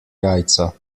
jajca